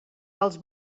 els